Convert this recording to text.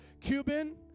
Cuban